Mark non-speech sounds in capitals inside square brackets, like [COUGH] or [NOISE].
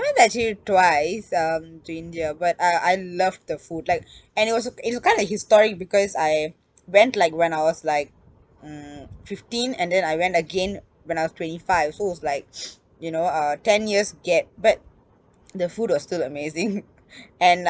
went actually twice um to india but I I love the food like and it was it was kind of historic because I went like when I was like mm fifteen and then I went again when I was twenty five so it's like [NOISE] you know uh ten years gap but the food was still amazing and uh